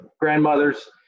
grandmothers